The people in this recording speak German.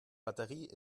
batterie